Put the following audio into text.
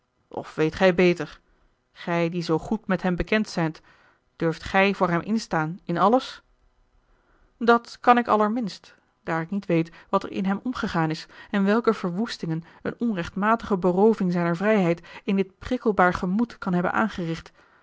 of weet gij beter gij die zoo goed met hem bekend zijt durft gij voor hem instaan in alles dat kan ik allerminst daar ik niet weet wat er in hem omgegaan is en welke verwoestingen eene onrechtmatige berooving zijner vrijheid in dit prikkelbaar gemoed kan hebben aangericht